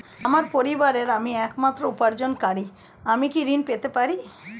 আমার পরিবারের আমি একমাত্র উপার্জনকারী আমি কি ঋণ পেতে পারি?